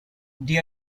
the